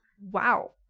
Wow